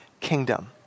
kingdom